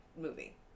movie